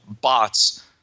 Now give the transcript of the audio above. bots